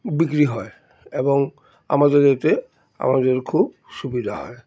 বিক্রি হয় এবং আমাদের এতে আমাদের খুব সুবিধা হয়